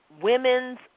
Women's